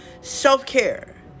self-care